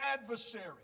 adversary